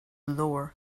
lower